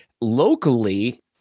locally